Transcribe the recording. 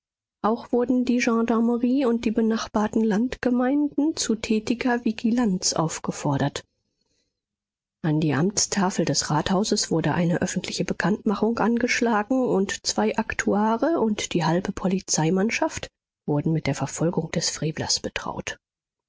auch wurden die gendarmerie und die benachbarten landgemeinden zu tätiger vigilanz aufgefordert an die amtstafel des rathauses wurde eine öffentliche bekanntmachung angeschlagen und zwei aktuare und die halbe polizeimannschaft wurden mit der verfolgung des frevlers betraut